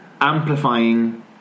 Amplifying